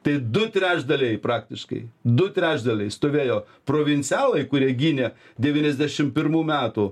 tai du trečdaliai praktiškai du trečdaliai stovėjo provincialai kurie gynė devyniasdešim pirmų metų